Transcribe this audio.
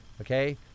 okay